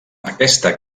aquesta